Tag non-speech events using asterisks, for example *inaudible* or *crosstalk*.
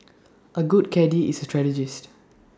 *noise* A good caddie is A strategist